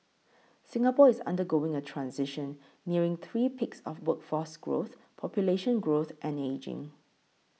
Singapore is undergoing a transition nearing three peaks of workforce growth population growth and ageing